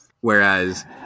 Whereas